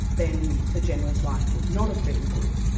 then the general's life would not have been good.